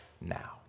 now